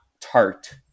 tart